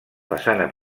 façana